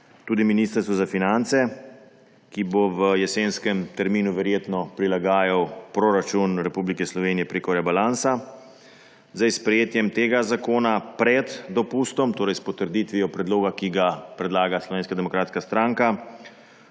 tudi Ministrstvu za finance, ki bo v jesenskem terminu verjetno prilagajalo proračun Republike Slovenije prek rebalansa. S sprejetjem tega zakona pred dopustom, torej s potrditvijo predloga, ki ga predlaga Slovenska demokratska stranka,